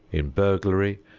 in burglary,